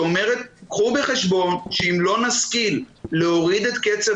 שאומרת קחו בחשבון שאם לא נשכיל להוריד את קצב